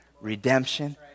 redemption